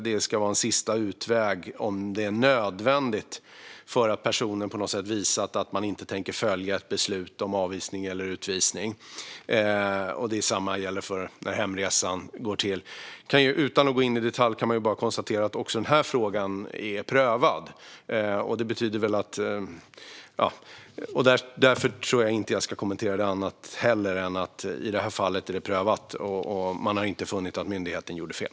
Det ska vara en sista utväg om det är nödvändigt för att personen på något sätt visat att man inte tänker följa ett beslut om avvisning eller utvisning. Detsamma gäller för hur hemresan går till. Utan att gå in i detalj kan man konstatera att även denna fråga är prövad. Därför tror jag inte att jag ska kommentera utan bara säga att det i detta fall är prövat, och man har inte funnit att myndigheten gjorde fel.